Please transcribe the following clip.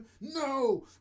No